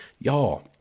Y'all